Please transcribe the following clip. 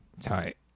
Tight